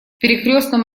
перекрёстном